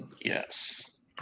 Yes